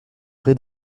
vrai